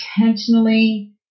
Intentionally